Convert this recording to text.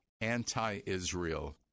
anti-Israel